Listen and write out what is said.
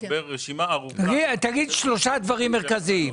תגיד שלושה דברים מרכזיים.